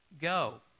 go